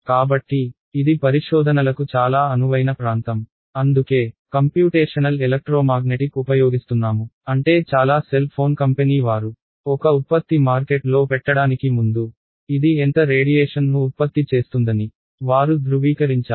కాబట్టి ఇది పరిశోధనలకు చాలా అనువైన ప్రాంతం అందుకే కంప్యూటేషనల్ ఎలక్ట్రోమాగ్నెటిక్ ఉపయోగిస్తున్నాము అంటే చాలా సెల్ ఫోన్ కంపెనీ వారు ఒక ఉత్పత్తి మార్కెట్ లో పెట్టడానికి ముందు ఇది ఎంత రేడియేషన్ ను ఉత్పత్తి చేస్తుందని వారు ధృవీకరించాలి